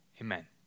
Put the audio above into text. amen